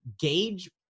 gauge